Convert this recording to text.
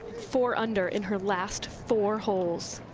four under in her last four holes.